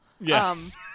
Yes